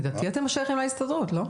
זה לדעתי אתה --- ההסתדרות, לא?